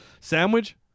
sandwich